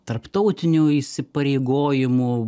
tarptautinių įsipareigojimų